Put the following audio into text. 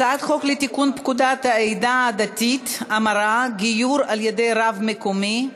הצעת חוק לתיקון פקודת העדה הדתית (המרה) (גיור על-ידי רב מקומי),